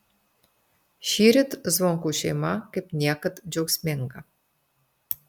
šįryt zvonkų šeima kaip niekad džiaugsminga